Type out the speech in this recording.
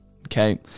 Okay